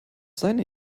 seine